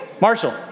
Marshall